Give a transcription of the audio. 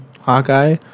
Hawkeye